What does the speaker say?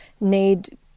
need